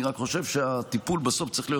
אני רק חושב שטיפול בסוף צריך להיות